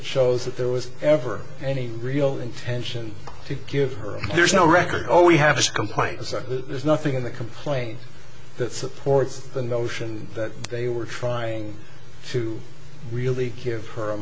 that shows that there was ever any real intention to give her there's no record all we have a complaint is that there's nothing in the complaint that supports the notion that they were trying to really give her a